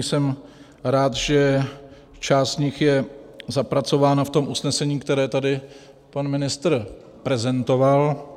Jsem rád, že část z nich je zapracována v tom usnesení, které tady pan ministr prezentoval.